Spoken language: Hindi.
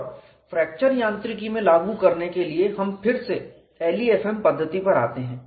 और फ्रैक्चर यांत्रिकी में लागू करने के लिए हम फिर से LEFM पद्धति पर आते हैं